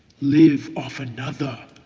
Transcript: live off another,